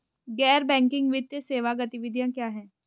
गैर बैंकिंग वित्तीय सेवा गतिविधियाँ क्या हैं?